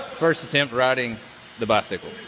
first attempt riding the bicycle.